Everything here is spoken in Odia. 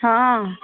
ହଁ